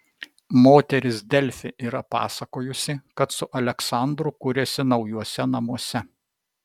moteris delfi yra pasakojusi kad su aleksandru kuriasi naujuose namuose